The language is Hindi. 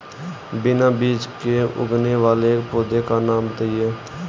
बिना बीज के उगने वाले एक पौधे का नाम बताइए